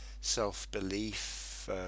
self-belief